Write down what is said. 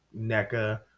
NECA